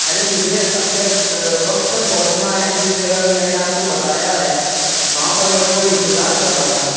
ارے مجھے اپنے وقت پر پہنچنا ہے جس جگہ کا میں نے آپ کو بتایا ہے وہاں پر میرا کوئی انتظار کر رہا ہے